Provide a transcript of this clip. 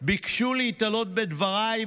ביקשו להיתלות בדבריי,